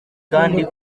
kandi